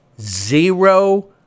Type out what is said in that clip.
Zero